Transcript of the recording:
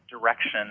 direction